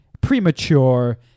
premature